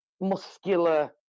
muscular